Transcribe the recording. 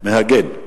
מהגן.